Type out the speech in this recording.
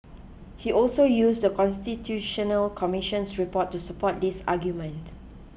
he also used The Constitutional Commission's report to support this argument